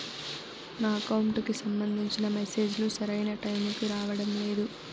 నా అకౌంట్ కి సంబంధించిన మెసేజ్ లు సరైన టైముకి రావడం లేదు